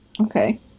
Okay